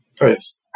Yes